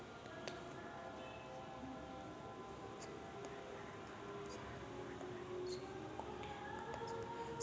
संत्रा फळाचा सार वाढवायले कोन्या खताचा वापर करू?